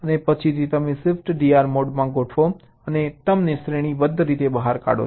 પછી ફરીથી તમે શિફ્ટ DR મોડમાં ગોઠવો અને તેમને શ્રેણીબદ્ધ રીતે બહાર કાઢો છો